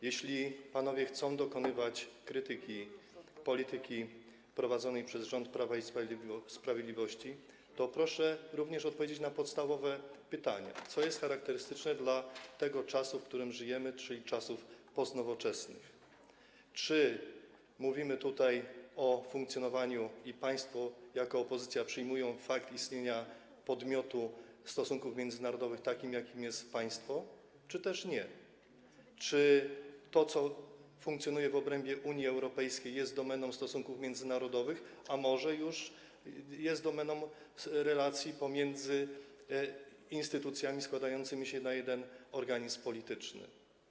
Jeśli panowie chcą dokonywać krytyki polityki prowadzonej przez rząd Prawa i Sprawiedliwości, to proszę również odpowiedzieć na podstawowe pytanie, co jest charakterystyczne dla czasów, w których żyjemy, czyli czasów postnowoczesnych, czy mówimy tutaj o funkcjonowaniu państwa i państwo jako opozycja przyjmują fakt istnienia takiego podmiotu stosunków międzynarodowych, jakim jest państwo, czy też nie, czy to, co funkcjonuje w obrębie Unii Europejskiej, jest domeną stosunków międzynarodowych, czy może już jest domeną relacji pomiędzy instytucjami składającymi się na jeden organizm polityczny.